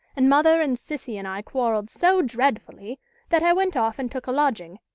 and mother and cissy and i quarrelled so dreadfully that i went off and took a lodging.